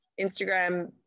Instagram